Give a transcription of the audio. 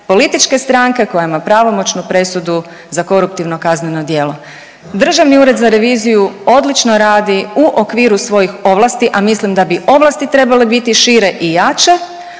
političke stranka koja ima pravomoćnu presudu za koruptivno kazneno djelo. Državni ured za reviziju odlično radi u okviru svojih ovlasti, a mislim da bi ovlaste trebale biti šire i jače,